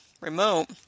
remote